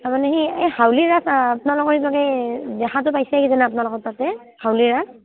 তাৰমানে সেই এই হাউলীৰ ৰাস আপোনালোকৰ দেখাটো পাইছে কিজান আপোনালোকৰ তাতে হাউলীৰ ৰাস